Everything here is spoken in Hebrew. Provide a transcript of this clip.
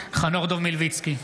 חנוך דב מלביצקי,